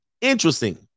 Interesting